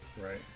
Right